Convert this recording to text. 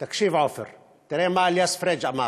תקשיב, עפר, תראה מה אליאס פריג' אמר,